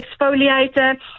exfoliator